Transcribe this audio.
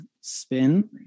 spin